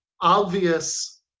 obvious